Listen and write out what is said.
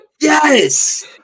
Yes